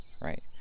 right